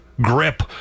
grip